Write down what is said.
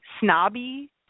snobby